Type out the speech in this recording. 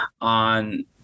on